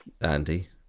Andy